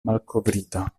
malkovrita